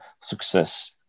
success